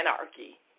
anarchy